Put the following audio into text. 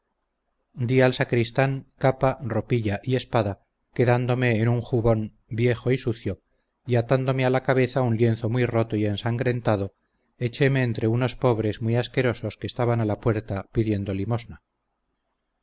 dí al sacristán capa ropilla y espada quedándome en un jubón viejo y sucio y atándome a la cabeza un lienzo muy roto y ensangrentado echéme entre unos pobres muy asquerosos que estaban a la puerta pidiendo limosna